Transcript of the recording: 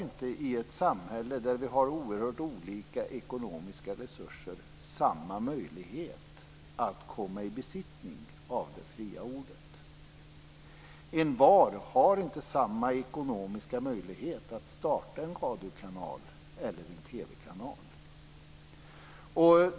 I ett samhälle med oerhört olika ekonomiska resurser har inte alla samma möjligheter att komma i besittning av det fria ordet. Envar har inte samma ekonomiska möjligheter att starta en radiokanal eller en TV-kanal.